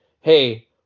hey